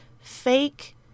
fake